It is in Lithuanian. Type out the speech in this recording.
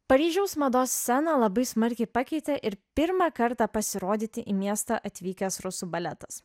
paryžiaus mados sceną labai smarkiai pakeitė ir pirmą kartą pasirodyti į miestą atvykęs rusų baletas